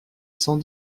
sans